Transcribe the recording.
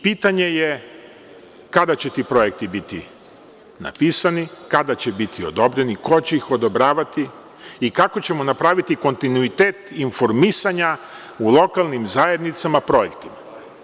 Pitanje je kada će ti projekti biti napisani, kada će biti odobreni, ko će ih odobravati i kako ćemo napraviti kontinuitet informisanja u lokalnim zajednicama projektima.